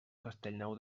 castellnou